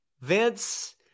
Vince